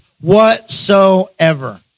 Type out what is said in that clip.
whatsoever